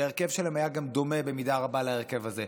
שההרכב שלהן היה דומה במידה רבה להרכב הזה.